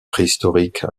préhistorique